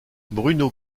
bruno